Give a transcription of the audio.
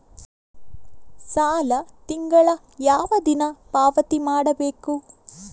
ಸಾಲ ತಿಂಗಳ ಯಾವ ದಿನ ಪಾವತಿ ಮಾಡಬೇಕು?